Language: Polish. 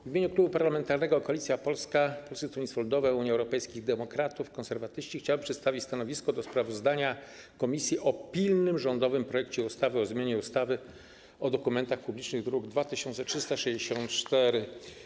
W imieniu Klubu Parlamentarnego Koalicja Polska - Polskie Stronnictwo Ludowe, Unia Europejskich Demokratów, Konserwatyści chciałem przedstawić stanowisko dotyczące sprawozdania komisji o pilnym rządowym projekcie ustawy o zmianie ustawy o dokumentach publicznych, druk nr 2364.